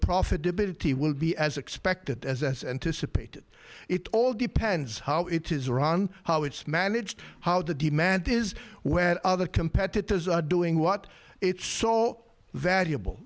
profitability will be as expected as anticipated it all depends how it is run how it's managed how the demand is where other competitors are doing what it's so valuable